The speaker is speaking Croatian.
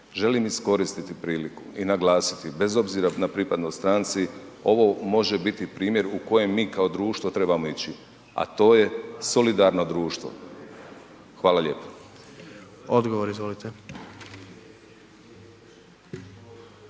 Želim iskoristiti priliku i naglasiti, bez obzira na pripadnost stranci, ovo može biti primjer u kojem mi kao društvo trebamo ići, a to je solidarno društvo. Hvala lijepo. **Jandroković,